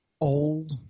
Old